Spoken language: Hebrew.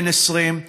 בן 20,